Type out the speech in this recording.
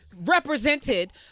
represented